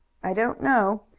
i don't know.